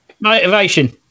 Motivation